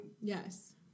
yes